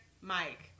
Mike